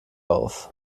auf